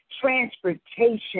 transportation